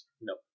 No